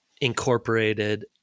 incorporated